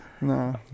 no